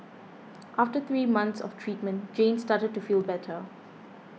after three months of treatment Jane started to feel better